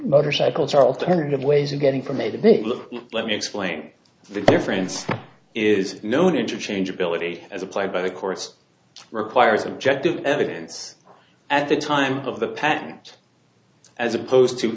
motorcycles are alternative ways of getting from a to b look let me explain the difference is known interchange ability as applied by the courts requires objective evidence at the time of the patent as opposed to